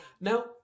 Now